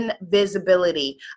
invisibility